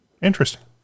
Interesting